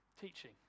teaching